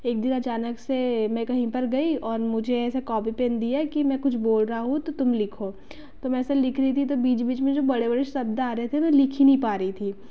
एक दिन अचानक से मैं कहीं पर गई और मुझे ऐसा कॉपी पेन दिया कि मैं कुछ बोल रहा हूँ तो तुम लिखो तो मैं ऐसा लिख रही थी तो बीच बीच में जो बड़े बड़े शब्द आ रहे थे मैं लिख ही नहीं पा रही थी